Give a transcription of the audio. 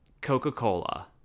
Coca-Cola